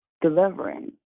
delivering